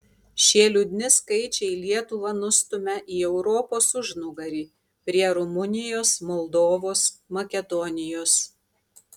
šie liūdni skaičiai lietuvą nustumia į europos užnugarį prie rumunijos moldovos makedonijos